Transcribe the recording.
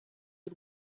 y’u